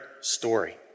story